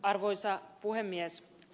arvoisa puhemies